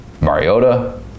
Mariota